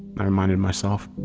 i reminded myself.